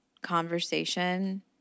conversation